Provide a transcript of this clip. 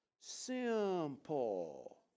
simple